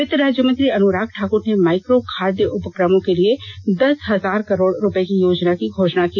वित्त राज्य मंत्री अन्रराग ठाक्र ने माइक्रो खाद्य उपक्रमों के लिए दस हजार करोड़ रुपये की योजना की घोषणा की